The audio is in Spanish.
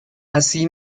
así